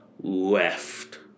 left